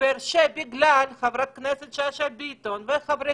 וסיפר שבגלל שחברת הכנסת שאשא ביטון וחברי